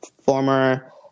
former